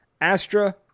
Astra